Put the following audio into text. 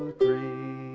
three